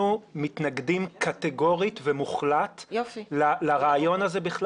אנחנו מתנגדים קטיגורית ומוחלט לרעיון הזה,